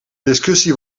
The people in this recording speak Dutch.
discussie